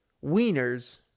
Wiener's